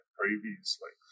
previously